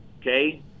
Okay